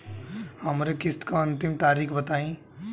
हमरे किस्त क अंतिम तारीख बताईं?